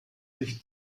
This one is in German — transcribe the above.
sich